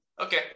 Okay